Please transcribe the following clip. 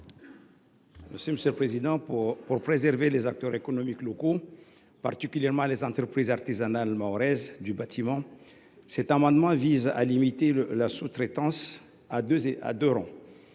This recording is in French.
n° 119 rectifié. Pour préserver les acteurs économiques locaux, particulièrement les entreprises artisanales mahoraises du bâtiment, cet amendement vise à limiter la sous traitance à deux rangs